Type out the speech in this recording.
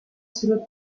сүрөт